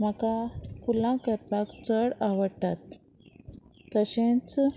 म्हाका फुलां करपाक चड आवडटात तशेंच